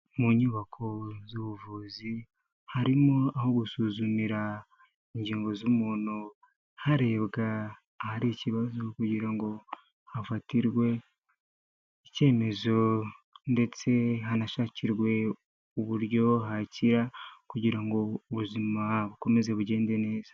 Mu nyubako z'ubuvuzi ;harimo aho gusuzumira ingingo z'umuntu, harebwa ahari ikibazo kugira ngo hafatirwe icyemezo ndetse hanashakirwe uburyo hakira, kugira ngo ubuzima bukomeze bugende neza.